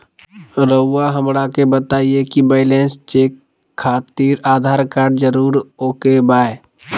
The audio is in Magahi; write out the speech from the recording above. रउआ हमरा के बताए कि बैलेंस चेक खातिर आधार कार्ड जरूर ओके बाय?